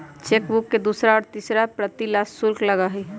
chequebook के दूसरा और तीसरा प्रति ला शुल्क लगा हई